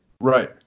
Right